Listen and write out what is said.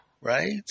Right